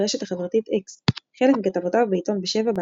ברשת החברתית אקס חלק מכתבותיו בעיתון בשבע,